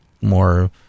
more